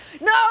no